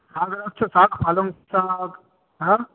শাক রাখছ শাক পালং শাক হ্যাঁ